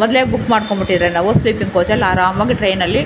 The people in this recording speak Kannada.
ಮೊದಲೇ ಬುಕ್ ಮಾಡ್ಕೊಂಡು ಬಿಟ್ಟಿದ್ದರೆ ನಾವು ಸ್ಲೀಪಿಂಗ್ ಕೋಚಲ್ಲಿ ಆರಾಮಾಗಿ ಟ್ರೈನಲ್ಲಿ